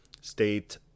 state